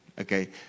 Okay